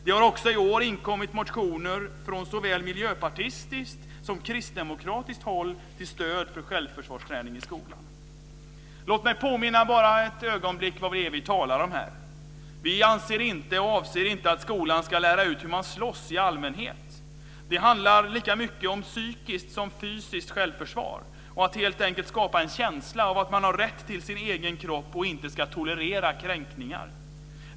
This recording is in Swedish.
Det har också i år inkommit motioner från såväl miljöpartistiskt som kristdemokratiskt håll till stöd för självförsvarsträning i skolan. Låt bara ett ögonblick bara påminna om vad det är vi talar om här. Vi avser inte att skolan ska lära ut hur man slåss i allmänhet. Det handlar lika mycket om psykiskt som fysiskt självförsvar och att helt enkelt skapa en känsla av att man har rätt till sin egen kropp och inte ska tolerera kränkningar.